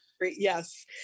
yes